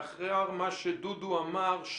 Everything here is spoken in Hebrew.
לאחר מה שדודו אמר,